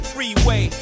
Freeway